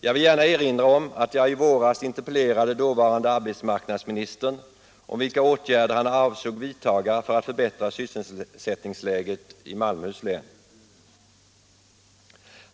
Jag vill gärna erinra om att jag i våras interpellerade dåvarande arbetsmarknadsministern om vilka åtgärder han avsåg att vidtaga för att förbättra sysselsättningsläget i Malmöhus län.